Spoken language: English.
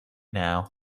now